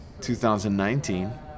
2019